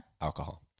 Alcohol